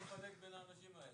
למה לפלג בין האנשים האלה?